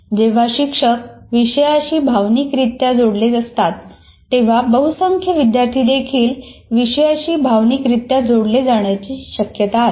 जेव्हा शिक्षक विषयाशी भावनिकरित्या जोडलेले असतात तेव्हा बहुसंख्य विद्यार्थी देखील विषयाशी भावनिकरित्या जोडले जाण्याची शक्यता असते